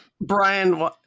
Brian